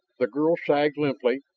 the girl sagged limply,